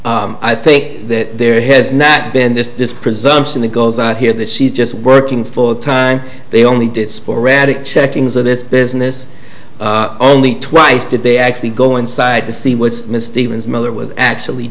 so i think that there has not been this this presumption that goes on here that she's just working full time they only did sporadic checking into this business only twice did they actually go inside to see what misty was mother was actually